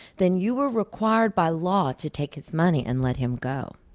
then you were required by law to take his money and let him go.